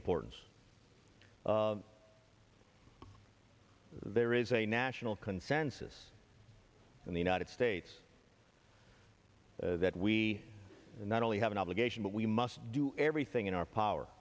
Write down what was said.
importance there is a national consensus in the united states that we not only have an obligation but we must do everything in our power